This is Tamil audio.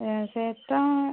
சேர்த்தா